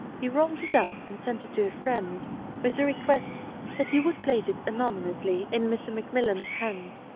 he rolled it up and sent it to a friend with the request that he would place it anonymously in mr. macmillan's hands.